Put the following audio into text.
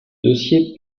dossier